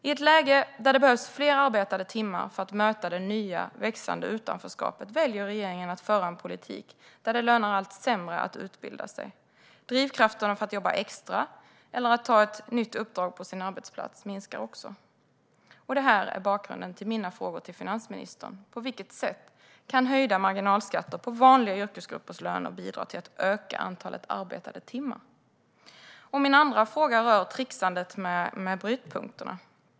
I ett läge där det behövs fler arbetade timmar för att möta det nya växande utanförskapet väljer regeringen att föra en politik där det lönar sig allt sämre att utbilda sig. Drivkrafterna för att jobba extra eller att ta ett nytt uppdrag på sin arbetsplats minskar också. Det här är bakgrunden till mina frågor till finansministern. På vilket sätt kan höjda marginalskatter på vanliga yrkesgruppers löner bidra till att öka antalet arbetade timmar? Min andra fråga rör trixandet med brytpunkterna.